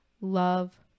love